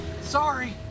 Sorry